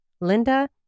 Linda